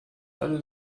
alle